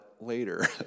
later